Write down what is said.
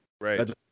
Right